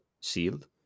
Sealed